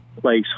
place